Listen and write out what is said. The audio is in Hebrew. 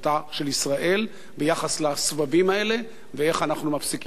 של ישראל ביחס לסבבים האלה ואיך אנחנו מפסיקים אותם.